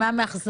מה עם העסקים?